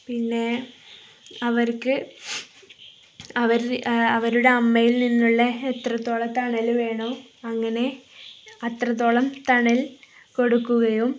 പിന്നെ അവർക്ക് അവര് അവരുടെ അമ്മയിൽ നിന്നുള്ള എത്രത്തോളം തണല് വേണോ അങ്ങനെ അത്രത്തോളം തണൽ കൊടുക്കുകയും